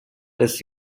des